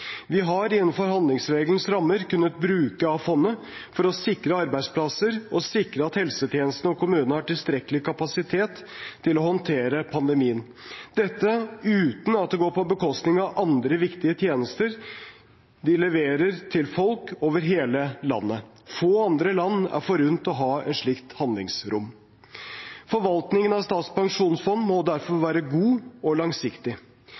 Vi har, innenfor handlingsregelens rammer, kunnet bruke av fondet for å sikre arbeidsplasser og for å sikre at helsetjenesten og kommunene har tilstrekkelig kapasitet til å håndtere pandemien – dette uten at det går på bekostning av andre viktige tjenester de leverer til folk over hele landet. Få andre land er forunt å ha et slikt handlingsrom. Forvaltningen av Statens pensjonsfond må derfor være god og langsiktig.